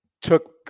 took